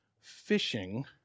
fishing